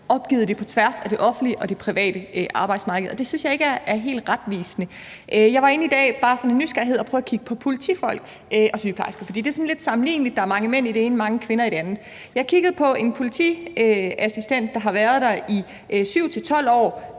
opgivet det på tværs af det offentlige og det private arbejdsmarked. Og det synes jeg ikke er helt retvisende. Jeg var inde i dag, bare sådan af nysgerrighed, og prøve at kigge på politifolk og sygeplejersker, for det er sådan lidt sammenligneligt: Der er mange mænd i det ene og mange kvinder i det andet. Jeg kiggede på en politiassistent, der har været der i 7-12 år,